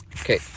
Okay